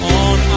on